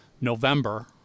November